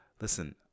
Listen